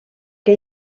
que